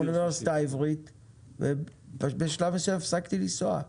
באוניברסיטה הערבית ובשלב מסוים הפסקתי לנסוע,